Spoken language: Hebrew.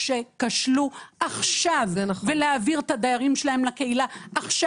שכשלו עכשיו ולהעביר את הדיירים שלהם לקהילה עכשיו.